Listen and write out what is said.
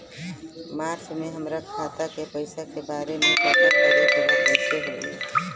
मार्च में हमरा खाता के पैसा के बारे में पता करे के बा कइसे होई?